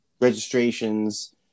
registrations